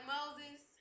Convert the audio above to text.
Moses